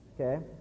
Okay